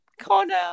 Connor